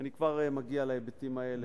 אני כבר מגיע להיבטים האלה.